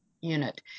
unit